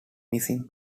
missing